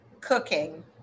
cooking